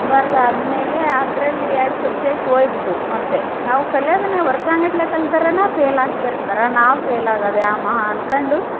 ಬರ್ದು ಆದ್ಮೇಲೇ ಅದರಲ್ಲಿ ಎರಡು ಸಬ್ಜೆಕ್ಟ್ ಹೋಯ್ ಬಿಟ್ಟವು ಮತ್ತು ನಾವು ಕಲಿಯೋದನ್ನೆ ವರ್ಷಾನ್ಗಟ್ಟಲೆ ಕಲ್ದರನ ಫೇಲ್ ಆಕ್ತಿರ್ತಾರ ನಾವು ಫೇಲ್ ಆಗಾದು ಯಾವ ಮಹಾ ಅನ್ಕಂಡು